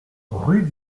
rue